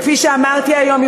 כפי שאמרתי היום,